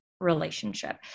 relationship